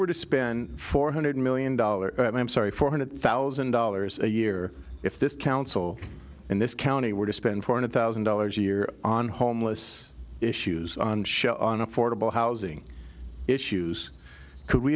were to spend four hundred million dollars i'm sorry four hundred thousand dollars a year if this council in this county were to spend four hundred thousand dollars a year on homeless issues on show on affordable housing issues could we